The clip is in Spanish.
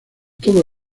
todo